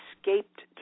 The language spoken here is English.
escaped